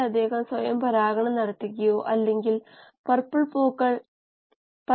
ചില കോശങ്ങൾ അവയ്ക്ക് ഒരു സെൽ വാൾ ഉള്ളതിനാൽ അവയ്ക്ക് സാധ്യത കുറവാണ്